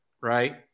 Right